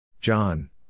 John